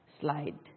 slide